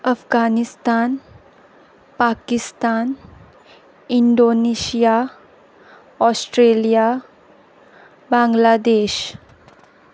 Afghanistan Pakistan Indonesia Australia Bangladesh